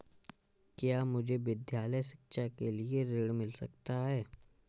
क्या मुझे विद्यालय शिक्षा के लिए ऋण मिल सकता है?